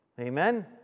Amen